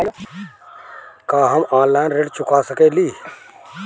का हम ऑनलाइन ऋण चुका सके ली?